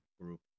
group